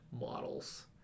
models